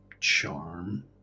charm